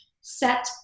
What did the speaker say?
set